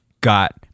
got